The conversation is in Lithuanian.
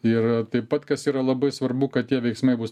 ir taip pat kas yra labai svarbu kad tie veiksmai bus